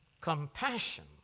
Compassion